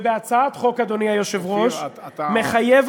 ובהצעת חוק, אדוני היושב-ראש, תקשיב, אתה, מחייבת